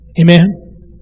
Amen